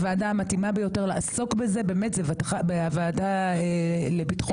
הוועדה המתאימה ביותר לעסוק בזה באמת היא הוועדה לביטחון לאומי.